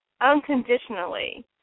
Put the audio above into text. unconditionally